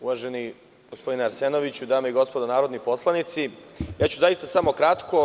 Uvaženi gospodine Arsenoviću, dame i gospodo narodni poslanici, zaista ću jako kratko.